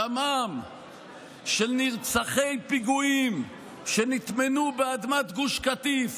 דמם של נרצחי פיגועים שנטמנו באדמת גוש קטיף